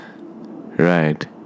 right